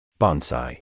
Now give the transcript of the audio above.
Bonsai